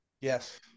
Yes